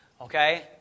Okay